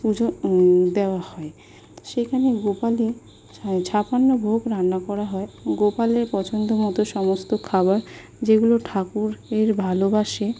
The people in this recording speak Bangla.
পুজো দেওয়া হয় সেখানে গোপালের ছাপ্পান্ন ভোগ রান্না করা হয় গোপালের পছন্দ মতো সমস্ত খাবার যেগুলো ঠাকুর এর ভালোবাসে